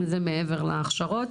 זה מעבר להכשרות.